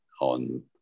on